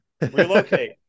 Relocate